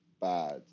bad